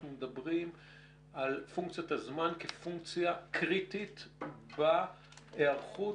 אנחנו מדברים על פונקציית הזמן כפונקציה קריטית בהיערכות,